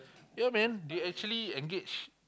ya man they actually engage